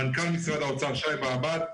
מנכ"ל משרד האוצר לשעבר שי באבד,